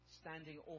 standing